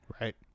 Right